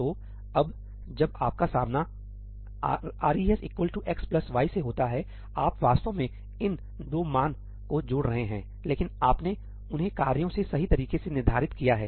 तो अब जब आपका सामना 'res equal to x plus y' से होता है आप वास्तव में इन 2 मान को जोड़ रहे हैं लेकिन आपने उन्हें कार्यों से सही तरीके से निर्धारित किया है